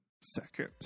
second